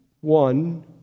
one